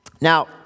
Now